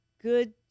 good